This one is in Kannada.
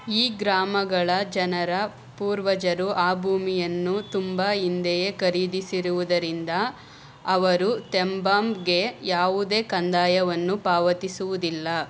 ಈ ಗ್ರಾಮಗಳ ಜನರ ಪೂರ್ವಜರು ಆ ಭೂಮಿಯನ್ನು ತುಂಬ ಹಿಂದೆಯೇ ಖರೀದಿಸಿರುವುದರಿಂದ ಅವರು ತೆಂಬಾಂಬ್ ಗೆ ಯಾವುದೇ ಕಂದಾಯವನ್ನು ಪಾವತಿಸುವುದಿಲ್ಲ